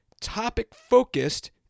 topic-focused